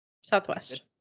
Southwest